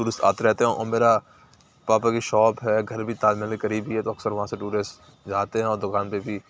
tourist آتے رہتے ہیں او میرا پراپر ایک شاپ ہے گھر بھی تاج محل کے قریب ہی ہے تو اکثر وہاں سے ٹورسٹ جاتے ہیں اور دکان پہ بھی